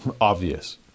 obvious